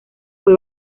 fue